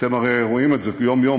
אתם הרי רואים את זה יום-יום.